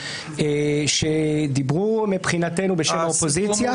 שדיברו מבחינתנו בשם האופוזיציה.